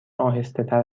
آهستهتر